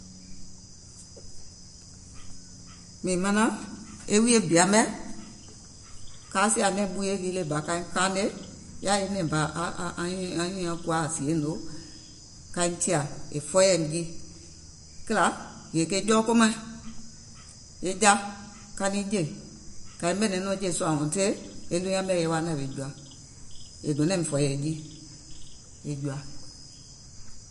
Mìŋ manaŋ e wuiyè bì mɛ̀, kaa sìà e nɛ̀ŋ ɓuuyè lii le bà kaiŋ kaanè, yaà e nɛ̀ŋ bà anyùùŋ nyaŋ kuwa àŋ sìyeìŋ nòo kaiŋ tìà, è fɔɔyɛ̀ìm jii. Kìlà, yèè ke jɔɔkomaŋ, e ja, ka niŋ jè, kàiŋ ɓɛ̀nɛ̀ŋ nɔ̀ɔ̀ŋ jè sùà until e ɗuunyaŋ mɛ̀ e wa nàwèè jùà, è do nàìm fɔ̀ɔ̀yɛ̀ jii, è jùà.